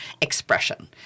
expression